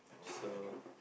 so